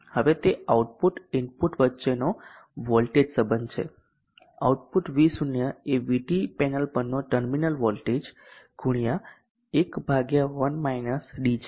હવે તે આઉટપુટ અને ઇનપુટ વચ્ચેનો વોલ્ટેજ સંબધ છે આઉટપુટ V0 એ VT પેનલ પરનો ટર્મિનલ વોલ્ટેજ ગુણ્યા 1 ભાગ્યા 1 -d છે